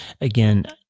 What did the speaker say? again